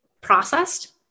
processed